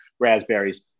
Raspberries